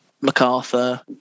MacArthur